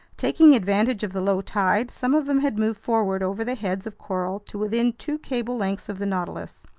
taking advantage of the low tide, some of them had moved forward over the heads of coral to within two cable lengths of the nautilus.